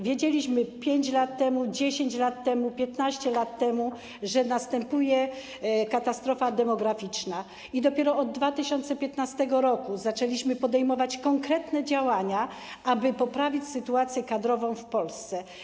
Wiedzieliśmy 5 lat temu, 10 lat temu, 15 lat temu, że następuje katastrofa demograficzna, i dopiero od 2015 r. zaczęliśmy podejmować konkretne działania, aby poprawić sytuację kadrową w Polsce.